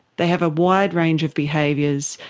they have a wide range of behaviours.